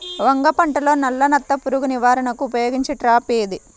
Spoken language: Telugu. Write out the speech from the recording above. వంగ పంటలో తలనత్త పురుగు నివారణకు ఉపయోగించే ట్రాప్ ఏది?